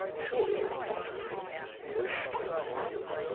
surely you are not prince muishkin, are you?